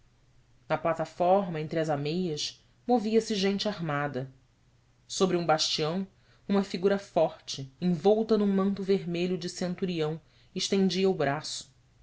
na plataforma entre as ameias movia-se gente armada sobre um bastião uma figura forte envolta num manto vermelho de centurião estendia o braço